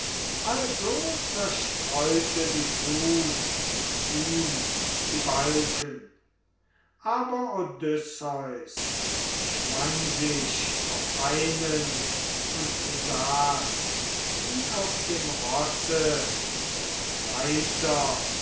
also zerstreute die flut ihm die balken aber odysseus schwang sich auf einen und saß wie auf dem rosse der reiter